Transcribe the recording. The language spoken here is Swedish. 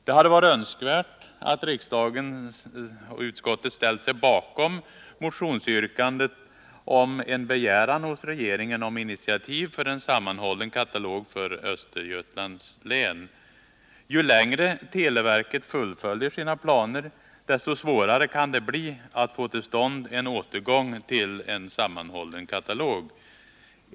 Det hade varit önskvärt att riksdagen ställt sig bakom motionsyrkandet om en begäran hos regeringen om initiativ för en sammanhållen katalog för Östergötlands län. Ju längre televerket fullföljer sina planer, desto svårare kan det bli att få till stånd en återgång till sammanhållen katalog.